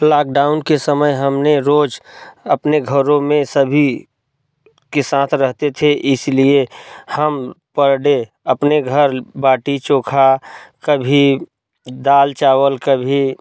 lockdown के समय हमने रोज़ अपने घरों में सभी के साथ रहते थे इसलिए हम पर डे अपने घर बाटी चोखा कभी दाल चावल कभी